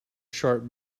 sharp